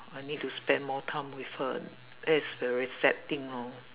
I need to spend more time with her that's very sad thing lor